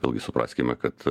vėlgi supraskime kad